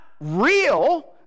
real